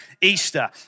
Easter